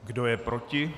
Kdo je proti?